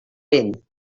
vent